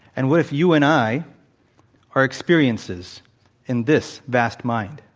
and what if you and i are experiences in this vast mind?